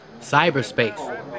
Cyberspace